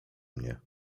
mnie